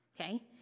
Okay